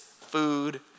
food